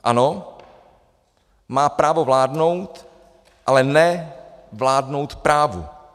Ano, má právo vládnout, ale ne vládnout právu.